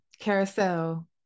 carousel